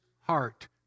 heart